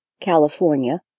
California